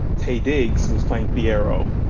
taye diggs was playing fiyero.